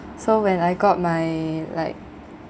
so when I got my like